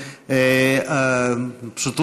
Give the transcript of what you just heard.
פשוט,